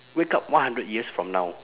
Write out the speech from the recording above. wake up one hundred years from now